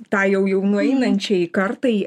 tą jau jau nueinančiai kartai